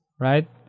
right